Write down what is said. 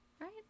Right